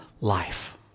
life